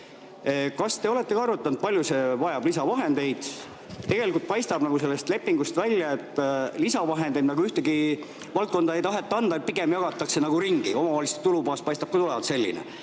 Kas te olete ka arutanud, kui palju see vajab lisavahendeid? Tegelikult paistab sellest lepingust välja, et lisavahendeid nagu ühtegi valdkonda ei taheta anda, pigem jagatakse raha ringi. Omavalitsuste tulubaas paistab küll olevat selline.